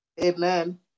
Amen